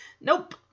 Nope